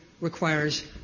requires